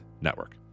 Network